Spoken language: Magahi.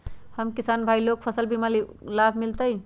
हम किसान भाई लोग फसल बीमा के लाभ मिलतई?